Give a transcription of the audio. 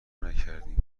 نکردین